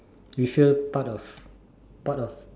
you sure part of part of